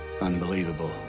unbelievable